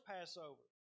Passover